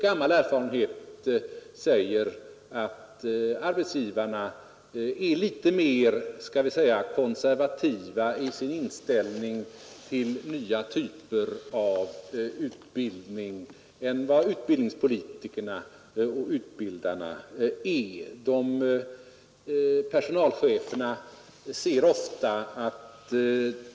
Gammal erfarenhet säger oss nämligen att arbetsgivarna är litet mer konservativa i sin inställning till nya typer av utbildning än vad utbildningspolitikerna och utbildarna är.